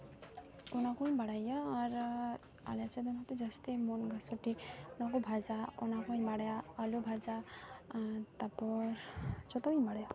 ᱚᱱᱟ ᱠᱚᱧ ᱵᱟᱲᱟᱭ ᱜᱮᱭᱟ ᱟᱨ ᱟᱞᱮ ᱥᱮᱫ ᱫᱚ ᱡᱟᱹᱥᱛᱤ ᱢᱩᱱᱜᱟᱹ ᱥᱩᱴᱤ ᱱᱚᱣᱟ ᱠᱚ ᱵᱷᱟᱡᱟ ᱚᱱᱟ ᱠᱚᱧ ᱵᱟᱲᱟᱭᱟ ᱟᱹᱞᱩ ᱵᱷᱟᱡᱟ ᱟᱨ ᱛᱟᱨᱯᱚᱨ ᱡᱷᱚᱛᱚ ᱜᱮᱧ ᱵᱟᱲᱟᱭᱟ